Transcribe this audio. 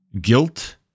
guilt